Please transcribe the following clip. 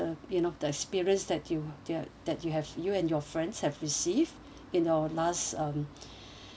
~e you know the experience that you that you have you and your friends have received in our last um